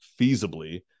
feasibly